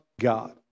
God